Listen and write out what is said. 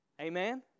Amen